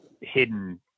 hidden